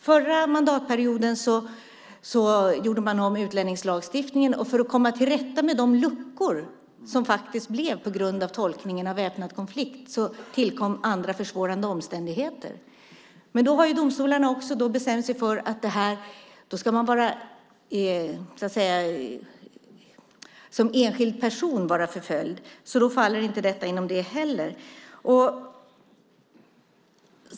Förra mandatperioden gjorde man om utlänningslagstiftningen. För att komma till rätta med de luckor som faktiskt blev följden av tolkningen av begreppet "väpnad konflikt" tillkom "andra försvårande omständigheter". Men för att det ska gälla har domstolarna bestämt att det krävs att man som enskild person är förföljd. Alltså är det inte tillämpbart i det här fallet.